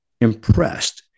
impressed